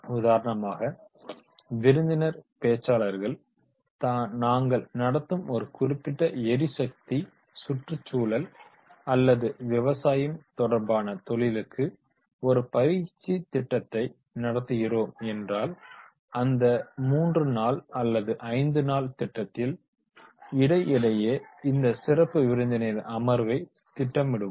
உதாரணமாக விருந்தினர் பேச்சாளர்கள் நாங்கள் நடத்தும் ஒரு குறிப்பிட்ட எரிசக்தி சுற்றுச்சூழல் அல்லது விவசாயம் தொடர்பான தொழிலுக்கு ஒரு பயிற்சித் திட்டத்தை நடத்துகிறோம் என்றால் அந்த 3 நாள் அல்லது 5 நாள் திட்டத்தில் இடை இடையே இந்த சிறப்பு விருந்தினரின் அமர்வைத் திட்டமிடுவோம்